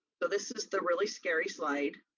so this is the really scary slide.